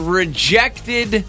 rejected